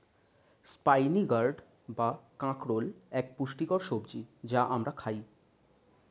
spiny gourd বা কাঁকরোল এক পুষ্টিকর সবজি যা আমরা খাই